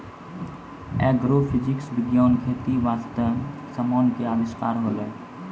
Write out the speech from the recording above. agrophysics विज्ञान खेती बास्ते समान के अविष्कार होलै